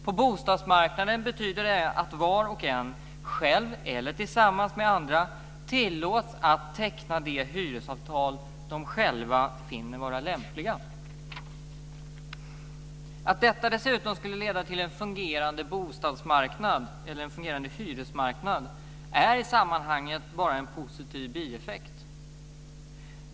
På bostadsmarknaden betyder det att var och en själv eller tillsammans med andra tillåts att teckna de hyresavtal de själva finner vara lämpliga. Att detta dessutom skulle leda till en fungerande hyresmarknad är i sammanhanget bara en positiv bieffekt.